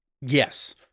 Yes